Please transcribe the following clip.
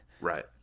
Right